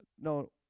No